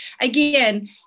again